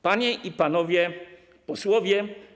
Panie i Panowie Posłowie!